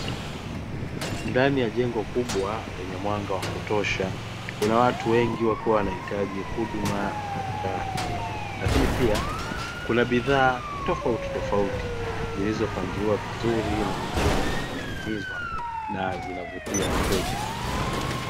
Ndani ya jengo kubwa lenye mwanga wakutosha kuna watu wengi wakiwa wanahitaji huduma mbalimbali, lakini pia kuna bidhaa tofautitofauti zilizopangiliwa vizuri na nyingine kwa kuning'inizwa na zinavutia wateja.